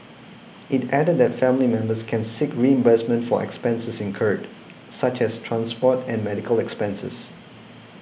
it added that family members can seek reimbursement for expenses incurred such as transport and medical expenses